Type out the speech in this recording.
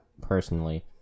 personally